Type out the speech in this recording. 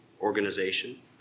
organization